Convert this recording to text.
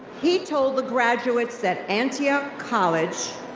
he told the graduates at antioch college,